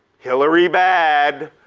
hillary bad,